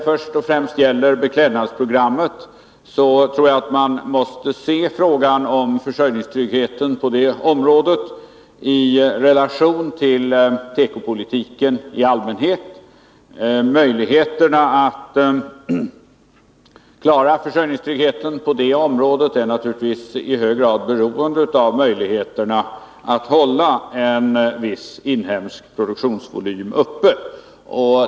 Först och främst tror jag att man när det gäller beklädnadsprogrammet måste sätta försörjningstryggheten på detta område i relation till tekopolitiken i allmänhet. Möjligheterna att klara försörjningstryggheten på detta område är naturligtvis i hög grad beroende av möjligheterna att hålla en viss inhemsk produktionsvolym uppe.